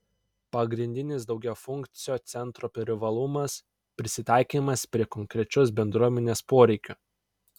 pagrindinis daugiafunkcio centro privalumas prisitaikymas prie konkrečios bendruomenės poreikių